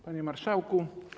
Panie Marszałku!